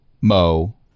Mo